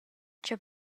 cha